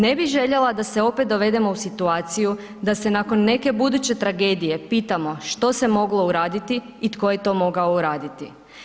Ne bi željela da se opet dovedemo u situaciju da se nakon neke buduće tragedije pitamo što se moglo uraditi i tko je to mogao uraditi.